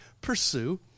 pursue